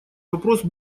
вопрос